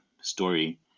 story